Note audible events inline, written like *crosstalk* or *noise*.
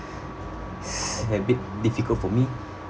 *noise* a bit difficult for me